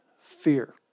fear